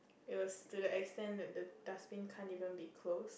it was to the extent the the the dustbin can't even be close